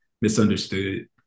misunderstood